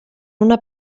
una